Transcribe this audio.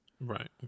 Right